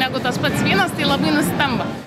negu tas pats vynas tai labai nustemba